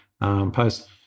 post